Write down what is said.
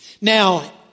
Now